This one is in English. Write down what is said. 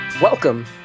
Welcome